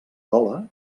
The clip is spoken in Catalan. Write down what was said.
cola